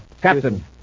Captain